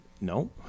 no